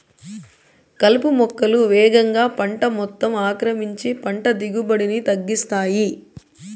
కలుపు మొక్కలు వేగంగా పంట మొత్తం ఆక్రమించి పంట దిగుబడిని తగ్గిస్తాయి